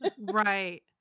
Right